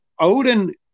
Odin